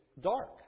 dark